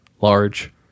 Large